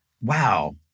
Wow